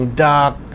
dark